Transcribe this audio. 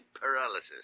paralysis